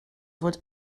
fod